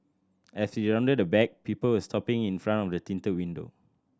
as we rounded the back people were stopping in front of a tinted window